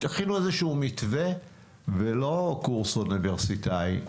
תכינו איזשהו מתווה ולא קורס אוניברסיטאי,